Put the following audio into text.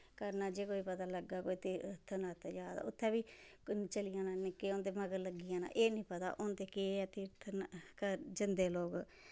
करना जे कोई पता लग्गै के उत्थे तीर्थ जा दा उत्थै बी चली जाना निक्के होंदे मगर लग्गी जाना एह् नी पता होंदे केह् ऐ तीर्थ करन जंदे लोग